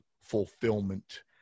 fulfillment